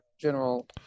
General